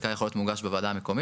חלקה יכול להיות מוש בוועדה המקומית.